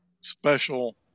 special